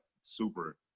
super